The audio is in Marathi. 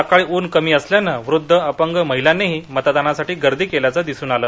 सजाळी ऊन कमी असल्यानं वृद्ध अपंग महिलांनीही मतदानासाठी गर्दी केल्याचे दिसून आले